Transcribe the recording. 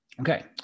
Okay